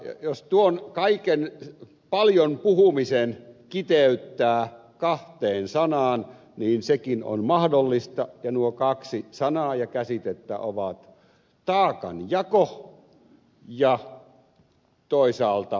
jos tuon kaiken paljon puhumisen kiteyttää kahteen sanaan niin sekin on mahdollista ja nuo kaksi sanaa ja käsitettä ovat taakanjako ja toisaalta kotouttaminen